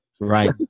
Right